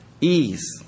ease